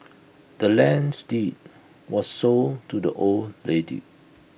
the land's deed was sold to the old lady